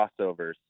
crossovers